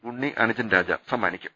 ഉണ്ണിഅനുജൻ രാജ സമ്മാനിക്കും